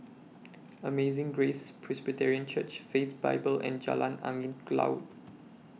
Amazing Grace Presbyterian Church Faith Bible and Jalan Angin Laut